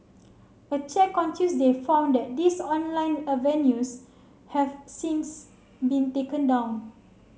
a check on Tuesday found that these online avenues have since been taken down